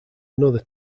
another